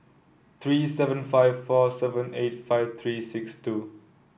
three seven five four seven eight five three six two